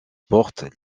portent